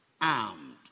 armed